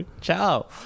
Ciao